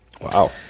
Wow